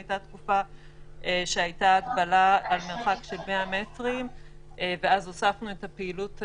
הייתה תקופה שהייתה הגבלה על מרחק של 100 מטרים ואז הוספנו את הפעילות.